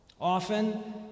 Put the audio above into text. Often